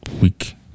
week